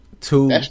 Two